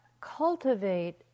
cultivate